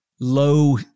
low